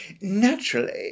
Naturally